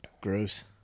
Gross